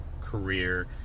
career